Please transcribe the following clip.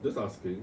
just asking